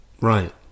Right